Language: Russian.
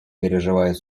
переживает